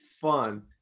fun